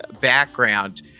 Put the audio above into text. background